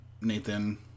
Nathan